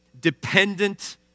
dependent